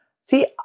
See